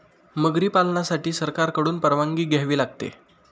मगरी पालनासाठी सरकारकडून परवानगी घ्यावी लागते